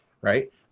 right